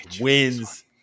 wins